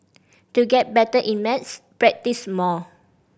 to get better in maths practise more